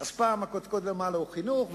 אז פעם הקודקוד למעלה הוא חינוך,